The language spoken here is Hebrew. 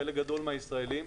חלק גדול מהישראלים,